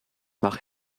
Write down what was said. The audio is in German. nach